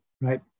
right